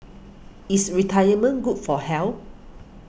is retirement good for health